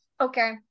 Okay